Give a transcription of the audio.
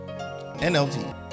NLT